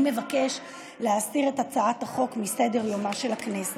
אני מבקש להסיר את הצעת החוק מסדר יומה של הכנסת.